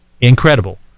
incredible